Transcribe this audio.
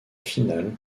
finale